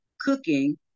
cooking